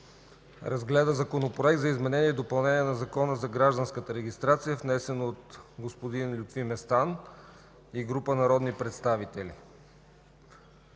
обсъди Законопроекта за изменение и допълнение на Закона за гражданската регистрация, внесен от Лютви Местан и група народни представители.